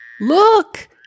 Look